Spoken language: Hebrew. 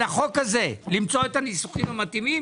על החוק הזה למצוא את הניסוחים המתאימים